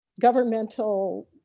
governmental